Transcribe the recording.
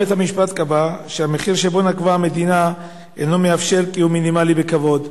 בית-המשפט קבע שהמחיר שבו נקבה המדינה אינו מאפשר קיום מינימלי בכבוד.